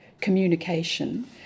communication